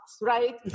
right